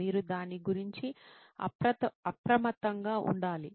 మీరు దాని గురించి అప్రమత్తంగా ఉండాలి